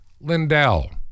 Lindell